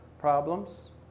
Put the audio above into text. problems